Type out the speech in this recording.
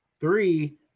three